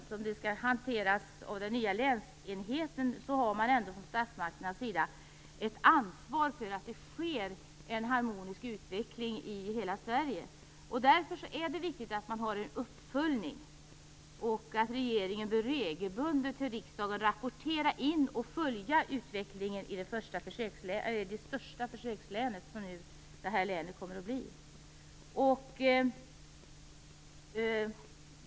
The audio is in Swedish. Även om det nu skall hanteras av den nya länsenheten, har man ändå från statsmakternas sida ett ansvar för att det sker en harmonisk utveckling i hela Sverige. Därför är det viktigt att man har en uppföljning. Regeringen bör regelbundet till riksdagen rapportera in och följa utvecklingen i det största försökslänet, som det här nu kommer att bli.